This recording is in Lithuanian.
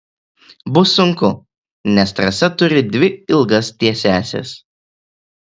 bus sunku nes trasa turi dvi ilgas tiesiąsias